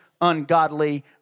ungodly